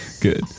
Good